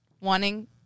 wanting